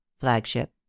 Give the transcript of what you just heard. flagship